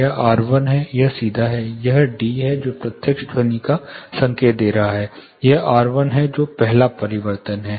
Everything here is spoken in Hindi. यह r1 है यह सीधा है यह d है जो प्रत्यक्ष ध्वनि का संकेत दे रहा है यह R1 है जो पहला परावर्तन है